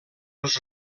els